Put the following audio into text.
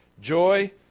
joy